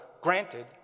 granted